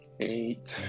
eight